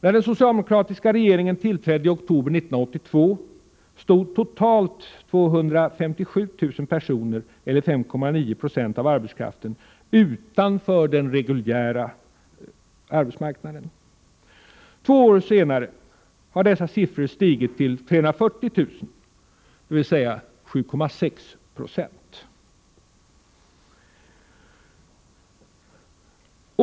När den socialdemokratiska regeringen tillträdde i oktober 1982 stod totalt 257 000 personer eller 5,9 96 av arbetskraften utanför den reguljära arbetsmarknaden. Två år senare har dessa siffror stigit till 340 000 resp. 7,6 2.